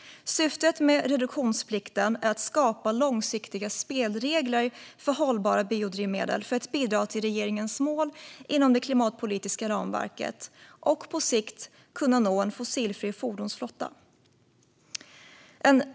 Syftet med reduktionsplikten är att skapa långsiktiga spelregler för hållbara biodrivmedel för att bidra till regeringens mål inom det klimatpolitiska ramverket och på sikt kunna nå en fossilfri fordonsflotta.